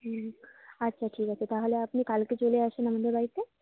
হুম আচ্ছা ঠিক আছে তাহলে আপনি কালকে চলে আসুন আমাদের বাড়িতে